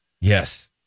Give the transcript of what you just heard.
Yes